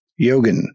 Yogan